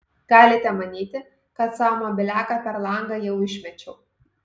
galite manyti kad savo mobiliaką per langą jau išmečiau